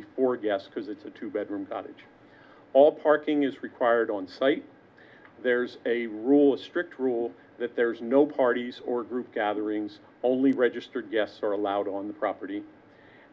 be four yes because it's a two bedroom cottage all parking is required on site there's a rule of strict rule that there's no parties or group gatherings only registered guests are allowed on the property